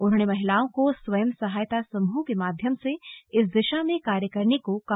उन्होंने महिलाओं को स्वयं सहायता समूह के माध्यम से इस दिशा में कार्य करने को कहा